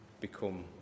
become